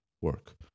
work